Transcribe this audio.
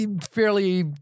fairly